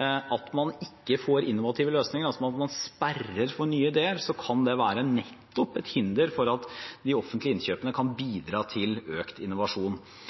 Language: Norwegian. at man ikke får innovative løsninger, altså at man sperrer for nye ideer, kan det nettopp være til hinder for at de offentlige innkjøpene kan bidra til økt innovasjon.